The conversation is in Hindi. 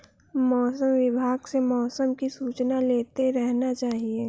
मौसम विभाग से मौसम की सूचना लेते रहना चाहिये?